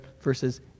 verses